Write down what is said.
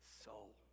soul